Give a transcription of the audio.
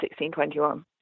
1621